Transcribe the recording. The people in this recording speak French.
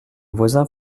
voisins